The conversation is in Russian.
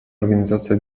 организации